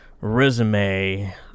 resume